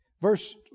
Verse